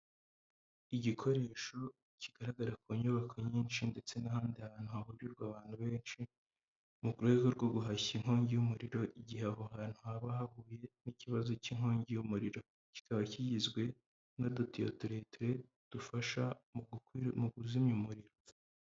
Igikoresho kigaragara ku nyubako nyinshi ndetse n'ahandi hantu hahurirwa abantu benshi, mu rwego rwo guhashya inkongi y'umuriro, igihe aho hantu haba hahuye n'ikibazo cy'inkongi y'umuriro. Kikaba kigizwe n'udutiyo tureture, dufasha mu kuzimya umuriro.